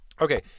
Okay